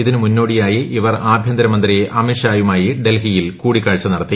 ഇതിന് മുന്നോടിയായി ഇവർ ആഭ്യന്തരമിന്ന്തി അമിത് ഷായുമായി ഡൽഹിയിൽ കൂടിക്കാഴ്ച നടത്തി